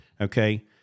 okay